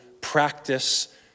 practice